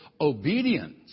obedience